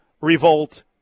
revolt